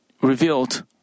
revealed